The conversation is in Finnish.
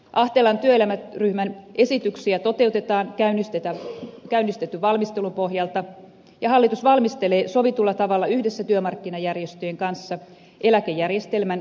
ahtelan työelämätyöryhmän esityksiä toteutetaan käynnistetyn valmistelun pohjalta ja hallitus valmistelee sovitulla tavalla yhdessä työmarkkinajärjestöjen kanssa eläkejärjestelmän kehittämisvaihtoehtoja